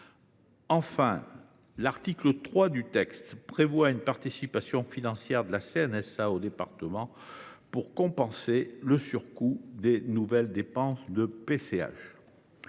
Enfin, l’article 3 du texte prévoit une participation financière de la CNSA aux départements pour compenser le surcoût des nouvelles dépenses de PCH.